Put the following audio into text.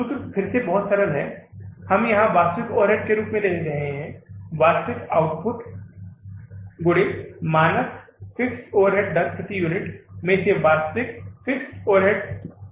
सूत्र फिर से बहुत सरल है हम यहां वास्तविक आउटपुट के रूप में ले रहे हैं वास्तविक आउटपुट गुणे मानक फिक्स्ड ओवरहेड दर प्रति यूनिट में से वास्तविक फिक्स्ड ओवरहेड को घटाते है